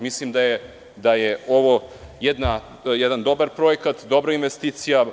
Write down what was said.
Mislim da je ovo jedan dobar projekat, dobra investicija.